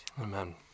Amen